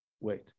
wait